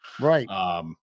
right